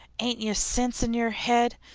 ain't you sense in your head?